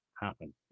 happen